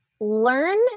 learn